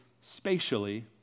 spatially